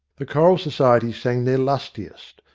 the choral society sang their lustiest,